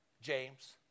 James